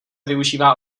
využívá